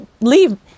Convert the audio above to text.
leave